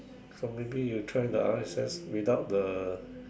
so maybe you try the R_X_S without the